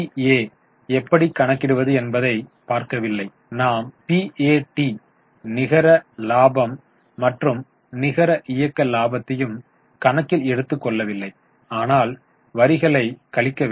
ஏ I எப்படி கணக்கிடுவது என்பதை பார்க்கவில்லை நாம் பிஎடீ நிகர லாபம் மற்றும் நிகர இயக்க லாபத்தையும் கணக்கில் எடுத்துக் கொள்ளவில்லை ஆனால் நாம் வரிகளை கழிக்க வேண்டும்